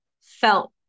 felt